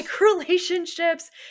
relationships